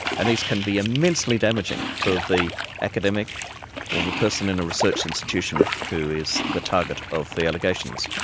and these can be immensely damaging for the academic or the person in a research institution who is the target of the allegations.